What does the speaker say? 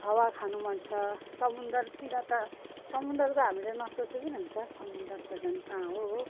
हावा खानु मन छ समुद्रतिर त समुद्र त हामीले नसोचे पनि हुन्छ समुद्र त झन् कहाँ हो हो